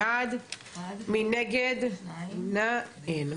הצבעה בעד, 1 נגד, 2 נמנעים,